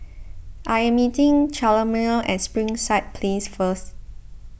I am meeting Chalmer at Springside Place first